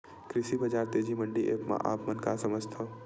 कृषि बजार तेजी मंडी एप्प से आप मन का समझथव?